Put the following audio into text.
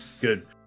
Good